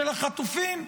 של החטופים?